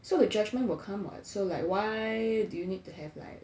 so the judgment will come [what] so like why do you need to have like